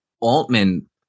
Altman